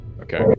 Okay